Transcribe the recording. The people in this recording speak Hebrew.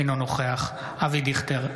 אינו נוכח אבי דיכטר,